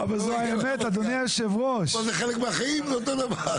אבל זה חלק מהחיים, זה אותו דבר.